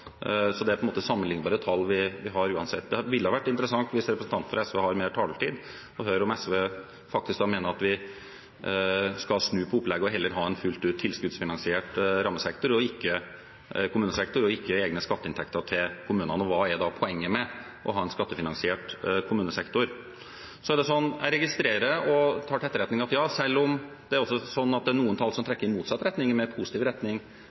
så det er på en måte sammenlignbare tall vi har uansett. Det ville ha vært interessant, hvis representanten fra SV har mer taletid, å høre om SV faktisk da mener at vi skal snu på opplegget og heller ha en fullt ut tilskuddsfinansiert kommunesektor og ikke egne skatteinntekter til kommunene. Hva er da poenget med å ha en skattefinansiert kommunesektor? Jeg registrerer og tar til etterretning at selv om det også er sånn at det er noen tall som trekker i motsatt retning og i mer positiv retning,